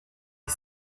est